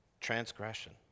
Transgression